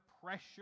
pressure